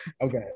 okay